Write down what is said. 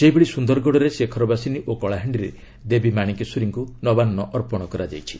ସେହିଭଳି ସୁନ୍ଦରଗଡ଼ରେ ଶେଖର ବାସିନୀ ଓ କଳାହାଣ୍ଡିରେ ଦେବୀ ମାଣିକେଶ୍ୱରୀଙ୍କୁ ନବାନ୍ନ ଅର୍ପଣ କରାଯାଇଛି